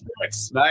Nice